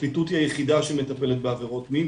הפרקליטות היא היחידה שמטפלת בעבירות מין,